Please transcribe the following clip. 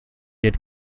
had